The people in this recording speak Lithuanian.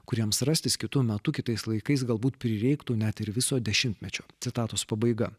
kuriems rastis kitu metu kitais laikais galbūt prireiktų net ir viso dešimtmečio citatos pabaiga